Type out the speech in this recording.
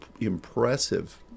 impressive